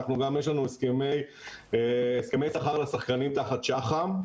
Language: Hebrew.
יש לנו הסכמי שכר לשחקנים תחת שח"ם,